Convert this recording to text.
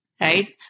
Right